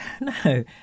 No